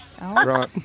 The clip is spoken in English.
Right